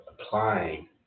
applying